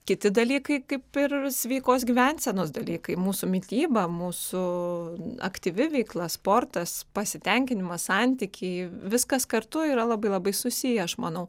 kiti dalykai kaip ir sveikos gyvensenos dalykai mūsų mityba mūsų aktyvi veikla sportas pasitenkinimas santykiai viskas kartu yra labai labai susiję aš manau